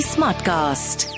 Smartcast